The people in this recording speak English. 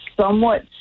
somewhat